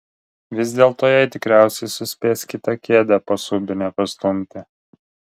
vis dėlto jai tikriausiai suspės kitą kėdę po subine pastumti